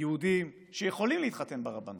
יהודים שיכולים להתחתן ברבנות,